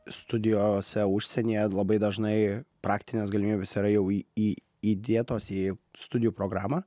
studijavusią užsienyje labai dažnai praktinės galimybės yra jau į įdėtos į studijų programą